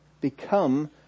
become